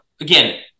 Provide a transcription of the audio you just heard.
again